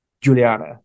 Juliana